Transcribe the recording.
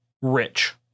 rich